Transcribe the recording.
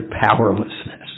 powerlessness